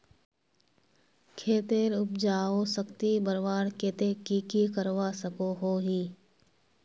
खेतेर उपजाऊ शक्ति बढ़वार केते की की करवा सकोहो ही?